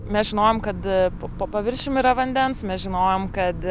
mes žinojom kad po po paviršium yra vandens mes žinojome kad